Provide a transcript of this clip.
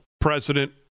president